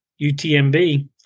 UTMB